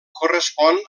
correspon